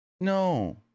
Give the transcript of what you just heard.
No